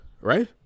Right